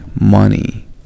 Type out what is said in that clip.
money